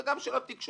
גם של התקשורת,